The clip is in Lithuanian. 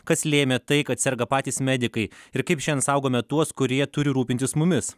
kas lėmė tai kad serga patys medikai ir kaip šiandien saugome tuos kurie turi rūpintis mumis